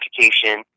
education